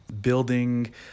building